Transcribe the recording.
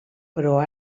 però